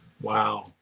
Wow